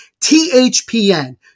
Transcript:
THPN